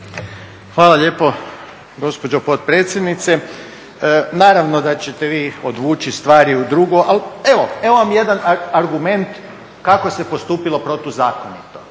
Hvala lijepo gospođo potpredsjednice. Naravno da ćete vi odvući stvari u drugo ali evo, evo vam jedan argument kako se postupilo protuzakonito.